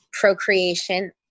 procreation